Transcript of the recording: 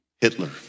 Hitler